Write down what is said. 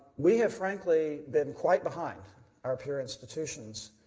we have frankly been quite behind our peer institutions.